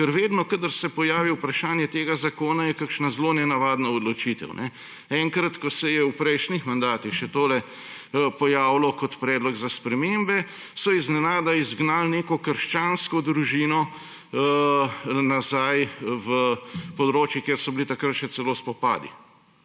ker vedno, kadar se pojavi vprašanje tega zakona, je kakšna zelo nenavadna odločitev. Enkrat, ko se je v prejšnjih mandatih še tole pojavilo kot predlog za spremembe, so iznenada izgnali neko krščansko družino nazaj na območje, kjer so bili takrat še celo spopadi.